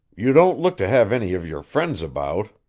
you don't look to have any of your friends about.